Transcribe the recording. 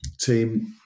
team